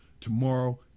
tomorrow